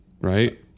right